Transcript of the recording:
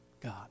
God